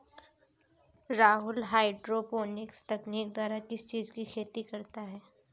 Rahul hydroponics तकनीक द्वारा किस चीज की खेती करता है?